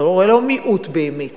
אנחנו הרי לא מיעוט באמת.